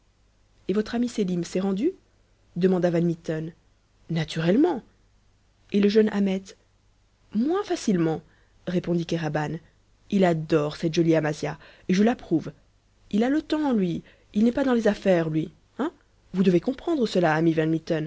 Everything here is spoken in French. et votre ami sélim s'est rendu demanda van mitten naturellement et le jeune ahmet moins facilement répondit kéraban il adore cette jolie amasia et je l'approuve il a le temps lui il n'est pas dans les affaires lui hein vous devez comprendre cela ami